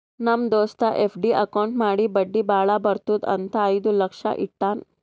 ನಮ್ ದೋಸ್ತ FD account ಮಾಡಿ ಬಡ್ಡಿ ಭಾಳ ಬರ್ತುದ್ ಅಂತ್ ಐಯ್ದ ಲಕ್ಷ ಇಟ್ಟಾನ್